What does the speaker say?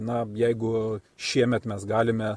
na jeigu šiemet mes galime